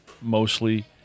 mostly